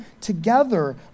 together